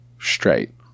straight